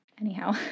Anyhow